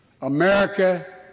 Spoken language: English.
America